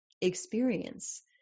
experience